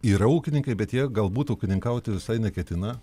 yra ūkininkai bet jie galbūt ūkininkauti visai neketina